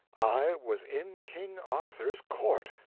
i was in king arthur's court,